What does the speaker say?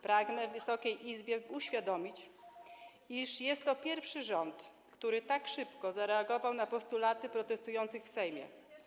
Pragnę Wysokiej Izbie uświadomić, iż jest to pierwszy rząd, który tak szybko zareagował na postulaty protestujących w Sejmie.